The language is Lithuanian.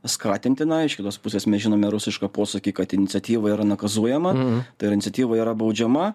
skatintina iš kitos pusės mes žinome rusišką posakį kad iniciatyva yra nakazujama ta yra iniciatyva yra baudžiama